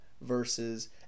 versus